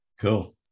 cool